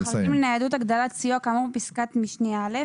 (ב) אישרה ועדת החריגים לניידות הגדלת סיוע כאמור בפסקת משנה (א),